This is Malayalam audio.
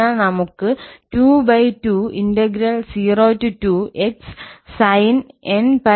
അതിനാൽ നമ്മൾ ക്ക് 2202x sin nπx2 dx ഉണ്ട്